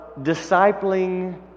discipling